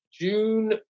June